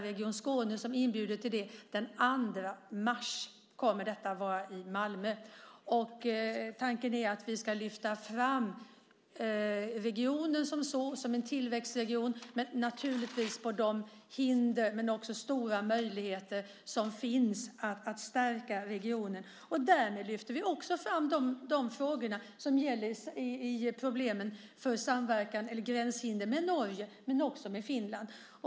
Region Skåne inbjuder till detta den 2 mars i Malmö. Tanken är att vi ska lyfta fram regionen som en tillväxtregion, naturligtvis med de hinder men också de stora möjligheter som finns att stärka regionen. Därmed lyfter vi fram de frågor som gäller problemen med samverkan eller gränshinder med Norge men också med Finland.